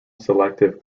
selective